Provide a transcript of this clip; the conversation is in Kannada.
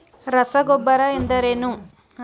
ರಸಗೊಬ್ಬರ ಎಂದರೇನು?